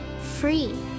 free